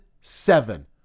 seven